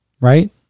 right